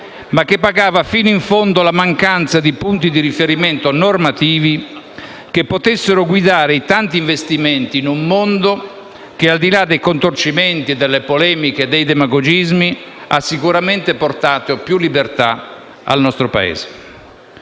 ma che pagava fino in fondo la mancanza di punti di riferimento normativi che potessero guidare i tanti investimenti in un mondo che, a al di là dei contorcimenti, delle polemiche e dei demagogismi, ha sicuramente portato più libertà al nostro Paese.